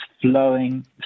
flowing